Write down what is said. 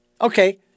Okay